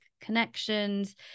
connections